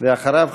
ואחריו,